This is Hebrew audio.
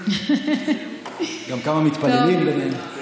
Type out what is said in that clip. גם כמה מתפללים ביניהם.